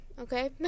Okay